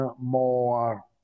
more